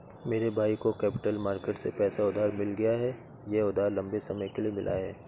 मेरे भाई को कैपिटल मार्केट से पैसा उधार मिल गया यह उधार लम्बे समय के लिए मिला है